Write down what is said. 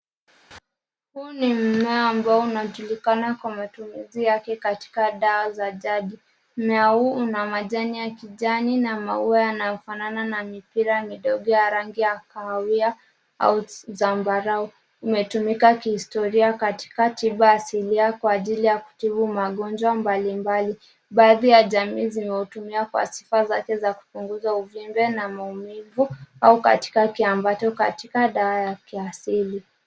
Huu ni mmea ambao unajulikana kwa matumizi yake katika dawa za jadi. Mmea huu una majani ya kijani na maua yanayofanana na mipira midogo ya rangi ya kahawia au zambarau. Umetumika kihistoria katika tiba ya asilia kwa ajili ya kutibu magonjwa mbalimbali. Baadhi ya jamii zimeutumia kwa sifa zake za kupunguza uvimbe na maumivu au katika kiambato katika dawa ya kiasili.